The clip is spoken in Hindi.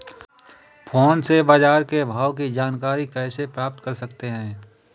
फोन से बाजार के भाव की जानकारी कैसे प्राप्त कर सकते हैं?